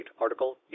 article